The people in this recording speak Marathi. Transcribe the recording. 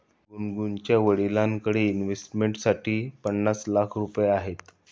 गुनगुनच्या वडिलांकडे इन्व्हेस्टमेंट फंडसाठी पन्नास लाख रुपये आहेत